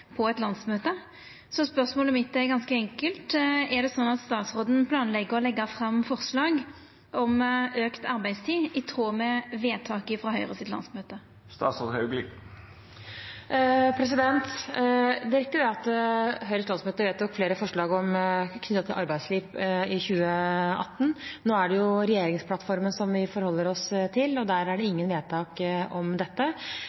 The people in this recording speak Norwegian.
på eit landsmøte. Spørsmålet mitt er ganske enkelt: Er det slik at statsråden planlegg å leggja fram forslag om auka arbeidstid, i tråd med vedtaket på Høgres landsmøte? Det er riktig at Høyres landsmøte i 2018 vedtok flere forslag knyttet til arbeidsliv. Nå er det regjeringsplattformen vi forholder oss til, og der er det ingen vedtak om dette.